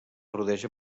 rodeja